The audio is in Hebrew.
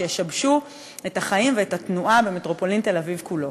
שישבשו את החיים ואת התנועה במטרופולין תל-אביב כולה.